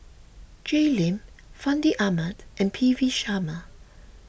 Jay Lim Fandi Ahmad and P V Sharma